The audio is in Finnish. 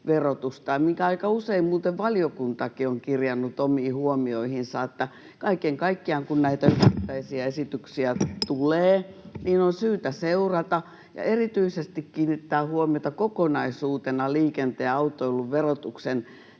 ja minkä aika usein muuten valiokuntakin on kirjannut omiin huomioihinsa, että kaiken kaikkiaan kun näitä yksittäisiä esityksiä tulee, niin on syytä seurata ja erityisesti kiinnittää huomiota kokonaisuutena liikenteen ja autoilun verotuksen